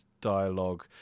dialogue